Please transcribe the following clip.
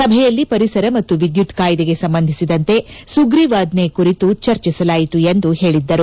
ಸಭೆಯಲ್ಲಿ ಪರಿಸರ ಮತ್ತು ವಿದ್ಯುತ್ ಕಾಯ್ಗೆಗೆ ಸಂಬಂಧಿಸಿದಂತೆ ಸುಗ್ರೀವಾಜ್ಲೆ ಕುರಿತು ಚರ್ಚಿಸಲಾಯಿತು ಎಂದು ಹೇಳಿದ್ದರು